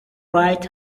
right